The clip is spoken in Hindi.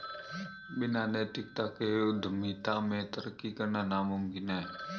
बिना नैतिकता के उद्यमिता में तरक्की करना नामुमकिन है